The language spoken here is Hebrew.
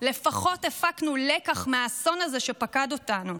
הפקנו לקח מהאסון הזה שפקד אותנו.